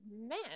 man